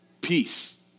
Peace